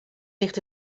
ligt